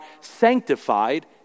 sanctified